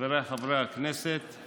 חבריי חברי הכנסת,